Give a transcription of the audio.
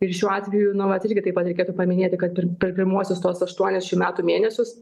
ir šiuo atveju nu vat irgi taip pat reikėtų paminėti kad per pirmuosius tuos aštuonis šių metų mėnesius